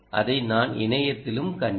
அதை நான் இணையத்திலும் கண்டேன்